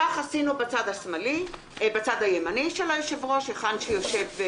כך עשינו בצד הימני של היושב-ראש היכן שיושבים